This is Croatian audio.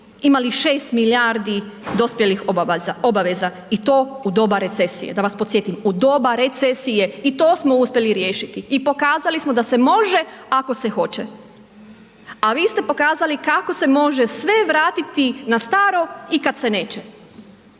imali 6 milijardi dospjelih obaveza i to u doba recesije. Da vas podsjetim, u doba recesije i to smo uspjeli riješiti i pokazali smo da se može ako se hoće. A vi ste pokazali kako se može sve vratiti na staro i kad se neće.